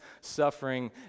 suffering